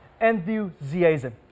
enthusiasm